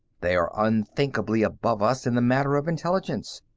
they are unthinkably above us in the matter of intelligence.